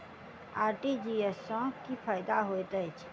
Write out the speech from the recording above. RTGS सँ की फायदा होइत अछि?